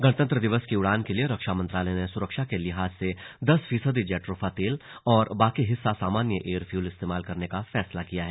गणतंत्र दिवस की उड़ान के लिए रक्षा मंत्रालय ने सुरक्षा के लिहाज से दस फीसदी जेट्रोफा तेल और बाकी हिस्सा सामान्य एयर फ्यूल इस्तेमाल करने का फैसला किया है